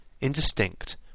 indistinct